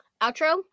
Outro